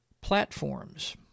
platforms